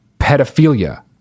pedophilia